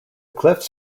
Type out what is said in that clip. cliffs